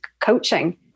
coaching